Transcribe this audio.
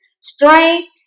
strength